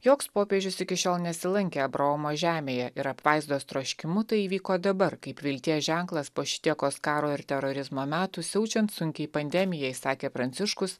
joks popiežius iki šiol nesilankė abraomo žemėje ir apvaizdos troškimu tai įvyko dabar kaip vilties ženklas po šitiekos karo ir terorizmo metų siaučiant sunkiai pandemijai sakė pranciškus